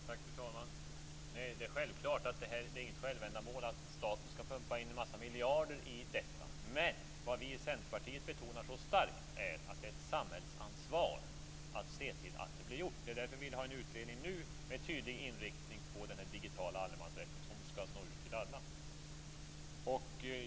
Fru talman! Det är självklart inget självändamål att staten skall pumpa in en massa miljarder i det här. Men vad vi i Centerpartiet betonar så starkt är att det är ett samhällsansvar att se till att det blir gjort. Det är därför vi vill ha en utredning nu med tydlig inriktning på den här digitala allemansrätten som skall nå ut till alla.